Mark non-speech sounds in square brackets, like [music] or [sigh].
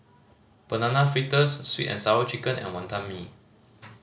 Banana Fritters Sweet And Sour Chicken and Wantan Mee [noise]